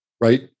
right